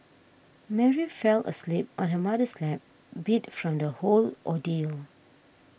Mary fell asleep on her mother's lap beat from the whole ordeal